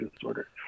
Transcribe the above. disorder